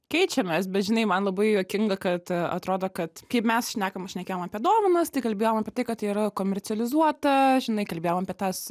keičiamės bet žinai man labai juokinga kad atrodo kad kaip mes šnekam šnekėjom apie dovanas tai kalbėjom apie tai kad tai yra komercializuota žinai kalbėjom apie tas